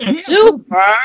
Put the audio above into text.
Super